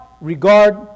regard